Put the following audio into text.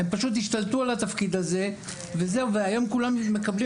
הם פשוט השתלטו על התפקוד הזה והיום כולם מקבלים